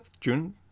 June